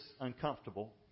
uncomfortable